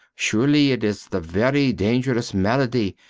surely it is the very dangerous malady,